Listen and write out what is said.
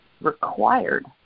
required